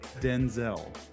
Denzel